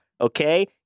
okay